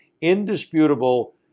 indisputable